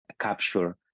capture